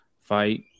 fight